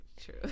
true